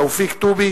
תופיק טובי